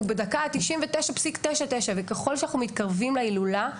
אנחנו בדקה ה-99.99, וככל שאנחנו מתקרבים להילולה,